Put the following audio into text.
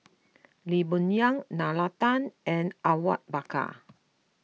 Lee Boon Yang Nalla Tan and Awang Bakar